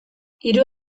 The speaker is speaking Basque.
hiru